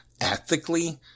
ethically